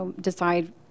decide